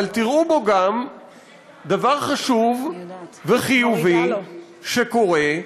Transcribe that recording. אבל תראו בו גם דבר חשוב וחיובי שקורה,